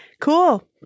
Cool